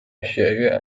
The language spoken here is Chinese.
学院